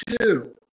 two